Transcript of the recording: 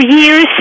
years